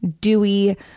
dewy